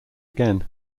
again